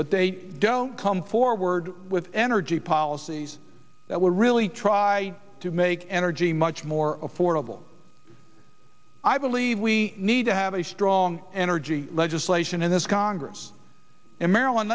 but they don't come forward with energy policies that will really try to make energy much more affordable i believe we need to have a strong energy legislation in this congress to marilyn